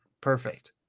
perfect